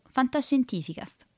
Fantascientificast